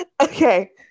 okay